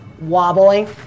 wobbling